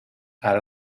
ara